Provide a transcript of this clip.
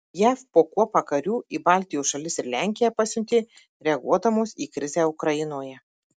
jav po kuopą karių į baltijos šalis ir lenkiją pasiuntė reaguodamos į krizę ukrainoje